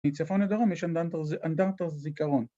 ‫מצפון לדרום יש אנדרטות זיכרון.